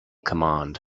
command